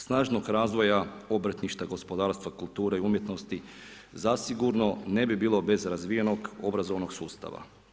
Snažnog razvoja obrtništva, gospodarstva, kulture i umjetnosti zasigurno ne bi bilo bez razvijenog obrazovnog sustava.